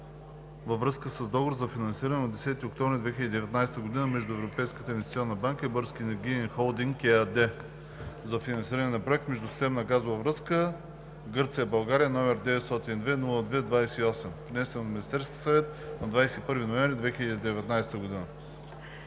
във връзка с Договор за финансиране от 10 октомври 2019 г. между Европейската инвестиционна банка и „Български енергиен холдинг“ ЕАД за финансиране на проект „Междусистемна газова връзка Гърция –България“, № 902-02-28, внесен от Министерския съвет на 21 ноември 2019 г.